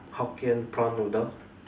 Hokkien prawn noodle